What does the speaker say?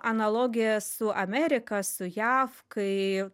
analogiją su amerika su jav kai